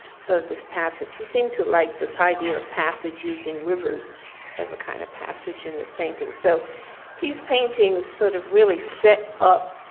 so this passage, she seemed to like this idea of passage using rivers as a kind of passage in his painting. so these paintings sort of really set up,